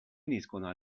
uniscono